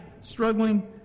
struggling